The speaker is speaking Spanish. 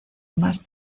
más